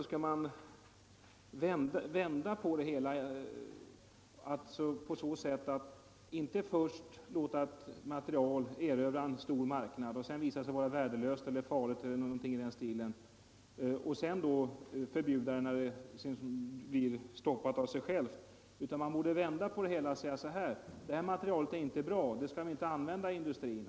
Jag tycker att man inte först skall låta ett material erövra en stor marknad och sedan förbjuda det, när det visat sig vara värdelöst eller farligt och så att säga blir stoppat av sig självt. Man borde vända på det hela och säga: Det här materialet är inte bra, det skall ni inte använda i industrin.